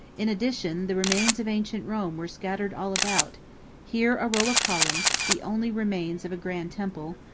in addition, the remains of ancient rome were scattered all about here a row of columns, the only remains of a grand temple,